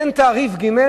אין תעריף ג',